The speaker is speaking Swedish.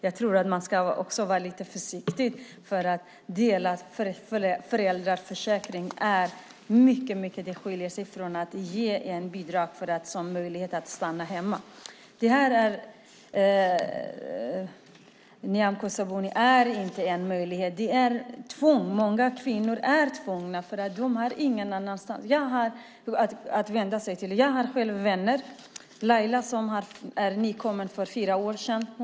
Jag tror att man ska vara lite försiktig. En delad föräldraförsäkring skiljer sig mycket från ett bidrag för att ge föräldrar möjlighet att stanna hemma. Det här, Nyamko Sabuni, är inte en möjlighet. Det är ett tvång. Många kvinnor är tvungna, för de har ingen annanstans att vända sig. Jag har själv vänner som jag tänker på. Leyla kom hit för fyra år sedan.